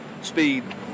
speed